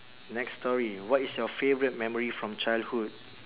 next story what is your favourite memory from childhood